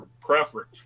preference